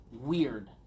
weird